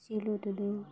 ᱥᱤᱞᱩ ᱴᱩᱰᱩ